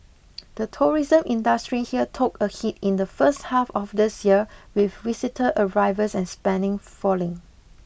the tourism industry here took a hit in the first half of this year with visitor arrivals and spending falling